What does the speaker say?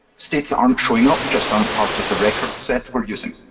states aren't showing up just on part of the record set we're using.